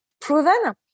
proven